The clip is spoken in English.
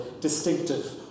distinctive